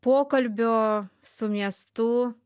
pokalbio su miestu